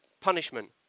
punishment